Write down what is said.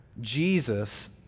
Jesus